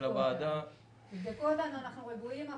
תבדקו אותנו, אנחנו רגועים.